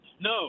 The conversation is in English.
No